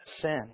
Sin